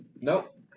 Nope